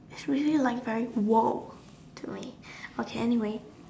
it's really like a very !woah! to me okay anyway